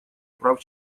прав